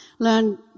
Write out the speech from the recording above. learn